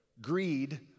Greed